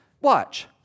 Watch